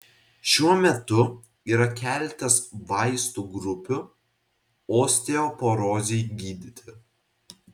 šiuo metu yra keletas vaistų grupių osteoporozei gydyti